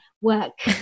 work